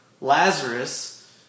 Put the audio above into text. Lazarus